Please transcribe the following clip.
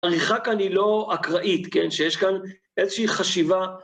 העריכה כאן היא לא אקראית, כן? שיש כאן איזושהי חשיבה.